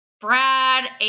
Brad